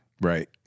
Right